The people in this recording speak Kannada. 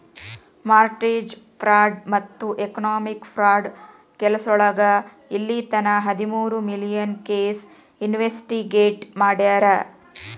ಮಾರ್ಟೆಜ ಫ್ರಾಡ್ ಮತ್ತ ಎಕನಾಮಿಕ್ ಫ್ರಾಡ್ ಕೆಸೋಳಗ ಇಲ್ಲಿತನ ಹದಮೂರು ಮಿಲಿಯನ್ ಕೇಸ್ ಇನ್ವೆಸ್ಟಿಗೇಟ್ ಮಾಡ್ಯಾರ